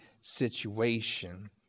situation